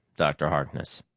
dr. harkness.